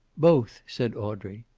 both, said audrey.